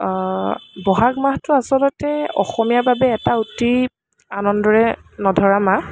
বহাগ মাহটো আচলতে অসমীয়াৰ বাবে এটা অতি আনন্দৰে নধৰা মাহ